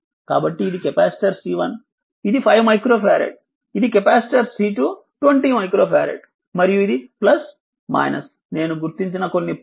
కాబట్టి ఇది capacitor C1 ఇది 5 మైక్రోఫారెడ్ ఇది కెపాసిటర్ C2 20 మైక్రోఫారెడ్ మరియు ఇది నేను గుర్తించిన కొన్ని